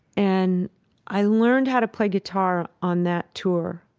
and i learned how to play guitar on that tour.